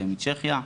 צ'כיה.